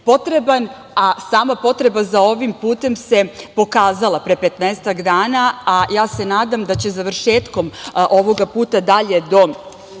potreban, a sama potreba za ovim putem se pokazala pre 15-ak dana. Nadam se da će završetkom ovog puta, dalje do